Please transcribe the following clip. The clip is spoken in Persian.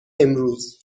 امروز